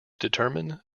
determine